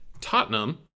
Tottenham